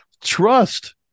trust